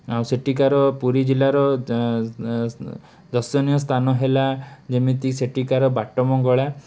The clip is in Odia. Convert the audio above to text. ଆଉ ସେଠିକାର ପୁରୀ ଜିଲ୍ଲାର ଦର୍ଶନୀୟସ୍ଥାନ ହେଲା ଯେମିତି ସେଠିକାର ବାଟ ମଙ୍ଗଳା